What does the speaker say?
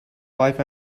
wife